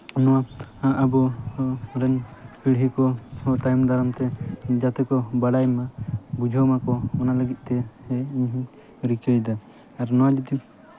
ᱱᱚᱣᱟ ᱟᱵᱚᱨᱮᱱ ᱯᱤᱲᱦᱤ ᱠᱚ ᱛᱟᱭᱚᱢ ᱫᱟᱨᱟᱢ ᱛᱮ ᱡᱟᱛᱮ ᱠᱚ ᱵᱟᱲᱟᱭ ᱢᱟ ᱵᱩᱡᱷᱟᱹᱣ ᱢᱟᱠᱚ ᱚᱱᱟ ᱞᱟᱹᱜᱤᱫ ᱛᱮ ᱤᱧ ᱨᱤᱠᱟᱹᱭᱫᱟ ᱟᱨ ᱱᱚᱣᱟ ᱡᱩᱫᱤ